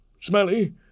smelly